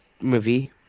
movie